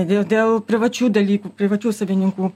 dėl dėl privačių dalykų privačių savininkų